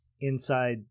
inside